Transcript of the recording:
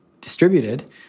distributed